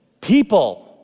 People